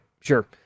sure